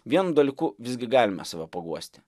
vienu dalyku visgi galime save paguosti